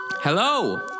Hello